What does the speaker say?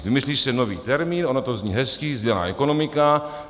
Vymyslí se nový termín, ono to zní hezky sdílená ekonomika.